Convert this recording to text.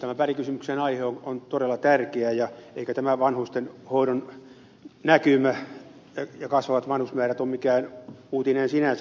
tämän välikysymyksen aihe on todella tärkeä eivätkä tämän vanhustenhoidon näkymä ja kasvavat vanhusmäärät ole mikään uutinen sinänsä